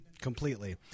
completely